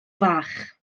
fach